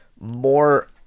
more